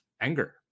anger